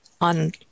on